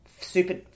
Super